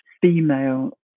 female